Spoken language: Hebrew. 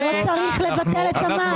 לא צריך לבטל את המס.